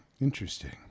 Interesting